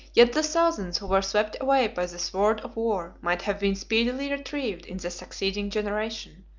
yet the thousands who were swept away by the sword of war might have been speedily retrieved in the succeeding generation,